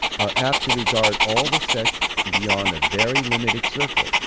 are apt to regard all the sex, beyond a very limited circle,